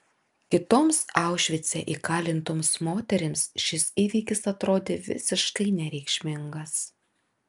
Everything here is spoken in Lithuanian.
kitoms aušvice įkalintoms moterims šis įvykis atrodė visiškai nereikšmingas